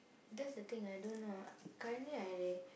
that's the thing I don't know currently I